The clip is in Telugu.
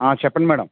చెప్పండి మ్యాడమ్